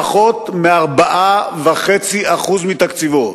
פחות מ-4.5% מתקציבו.